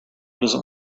doesn’t